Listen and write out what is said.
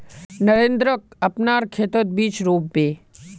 नरेंद्रक अपनार खेतत बीज रोप बे